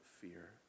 fear